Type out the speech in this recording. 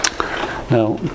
Now